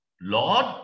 Lord